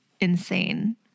insane